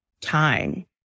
Time